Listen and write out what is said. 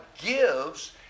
gives